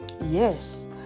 Yes